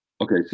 Okay